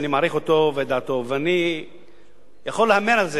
ואני יכול להמר על זה שאילו הדבר נתון לשיקול